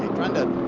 brendan